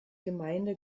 gemeinde